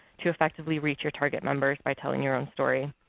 to effectively reach your target members by telling your own story,